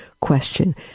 question